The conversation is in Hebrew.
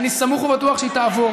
אני סמוך ובטוח שהיא תעבור.